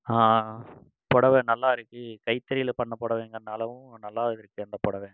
புடவ நல்லாயிருக்கு கைத்தறியில் பண்ண புடவங்கிறனாலவும் நல்லாவும் இருக்கு அந்த புடவ